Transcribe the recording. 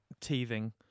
teething